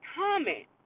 comment